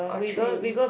or train